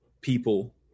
people